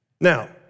Now